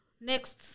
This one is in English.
next